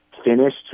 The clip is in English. Finished